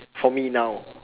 for me now